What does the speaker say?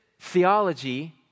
theology